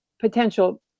potential